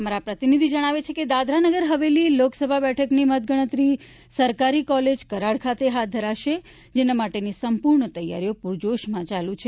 અમારા પ્રતિનિધિ જણાવે છે કે દાદરા નગર હવેલી લોકસભા બેઠકની મતગણતરી સરકારી કોલેજ કરાડ ખાતે હાથ ધરાશે જેના માટેની સંપૂર્ણ તૈયારીઓ પુરજોશમાંચાલુ છે